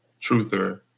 truther